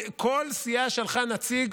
כל סיעה שלחה נציג,